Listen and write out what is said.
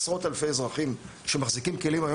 עשרות אלפי אזרחים שמחזיקים כלים היום